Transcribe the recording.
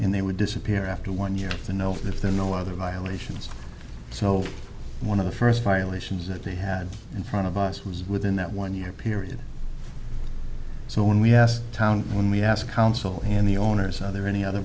and they would disappear after one year to know that there are no other violations so one of the first violations that they had in front of us was within that one year period so when we have town when we ask counsel and the owners are there any other